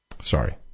Sorry